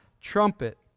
trumpet